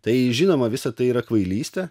tai žinoma visa tai yra kvailystė